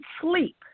sleep